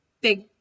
big